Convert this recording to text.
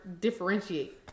differentiate